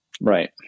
Right